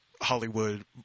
Hollywood